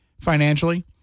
financially